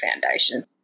foundation